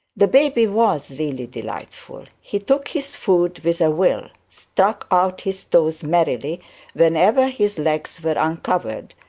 the baby was really delightful he took his food with a will, struck out his toes merrily whenever his legs were uncovered,